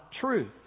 truth